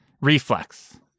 Reflex